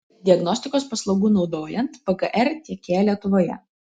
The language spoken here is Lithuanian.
diagnostikos paslaugų naudojant pgr tiekėja lietuvoje